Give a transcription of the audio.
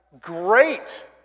great